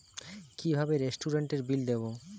কিভাবে রেস্টুরেন্টের বিল দেবো?